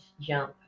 jump